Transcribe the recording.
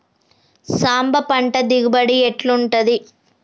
సాంబ పంట దిగుబడి ఎట్లుంటది?